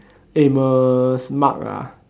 Amos Mark ah